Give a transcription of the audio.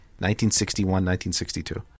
1961-1962